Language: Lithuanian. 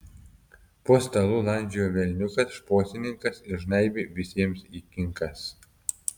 po stalu landžiojo velniukas šposininkas ir žnaibė visiems į kinkas